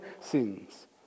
sins